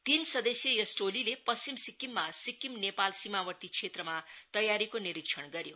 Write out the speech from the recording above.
तीन सदस्यीय यस टोलीले पश्चिम सिक्किममा सिक्किम नेपाल सीमावर्ती क्षेत्रमा तयारीको निरीक्षण गर्यो